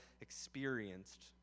experienced